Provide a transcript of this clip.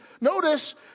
notice